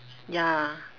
ya